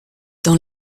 dans